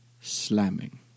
slamming